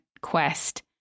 quest